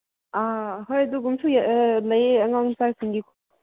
ꯑꯥ ꯍꯣꯏ ꯑꯗꯨꯒꯨꯝꯕꯁꯨ ꯂꯩꯌꯦ ꯑꯉꯥꯡꯃꯆꯥꯁꯤꯡꯒꯤ